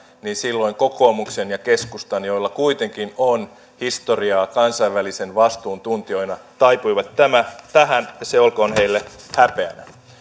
niin silloin kokoomus ja keskusta joilla kuitenkin on historiaa kansainvälisen vastuun tuntijoina taipuivat tähän ja se olkoon heille häpeä